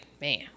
man